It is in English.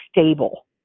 stable